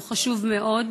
והוא חשוב מאוד.